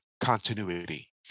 continuity